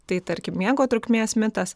tai tarkim miego trukmės mitas